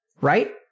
Right